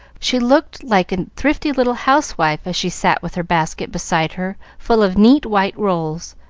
she looked like a thrifty little housewife as she sat with her basket beside her full of neat white rolls,